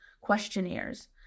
questionnaires